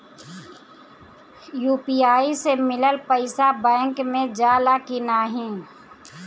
UPI से मिलल पईसा बैंक मे जाला की नाहीं?